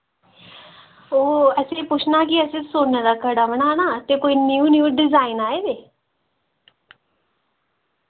ओह् अस एह् पुच्छना हा कि असें सुन्ने दा कड़ा बनाना ते कोई न्यू न्यू डिजाइन आए दे